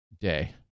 day